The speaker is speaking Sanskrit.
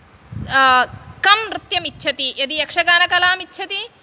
कं नृत्यं इच्छति यदि यक्षगानकलां इच्छति